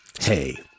Hey